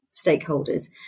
stakeholders